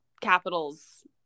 capitals